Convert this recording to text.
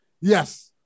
Yes